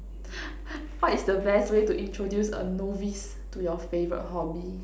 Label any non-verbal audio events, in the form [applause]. [laughs] what is the best way to introduce a novice to your favorite hobby